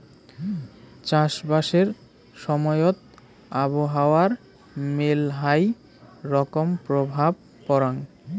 চাষবাসের সময়ত আবহাওয়ার মেলহাই রকম প্রভাব পরাং